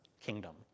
kingdom